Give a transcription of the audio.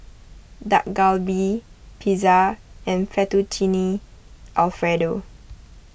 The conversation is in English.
Dak Galbi Pizza and Fettuccine Alfredo